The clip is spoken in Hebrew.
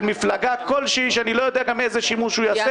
מפלגה כלשהי שאני לא יודע איזה שימוש הוא יעשה